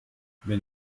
wenn